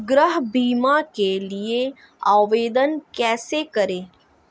गृह बीमा के लिए आवेदन कैसे करें?